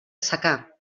secà